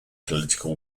political